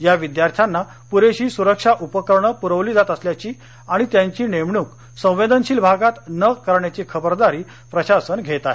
या विद्यार्थ्यांना पुरेशी सुरक्षा उपकरणं पुरवली जात असल्याची आणि त्यांची नेमणूक संवेदनशील भागात न करण्याची खबरदारी प्रशासन घेत आहे